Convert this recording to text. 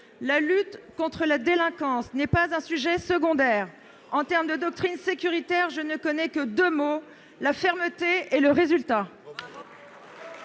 La lutte contre la délinquance n'est pas un sujet secondaire. En termes de doctrine sécuritaire, je ne connais que deux mots : la fermeté et le résultat.